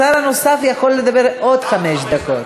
השר הנוסף יכול לדבר עוד חמש דקות.